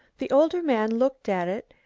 the older man looked at it,